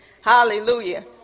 Hallelujah